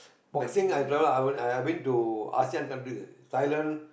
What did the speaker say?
boxing I travel other I've been to Asean country Thailand